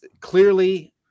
clearly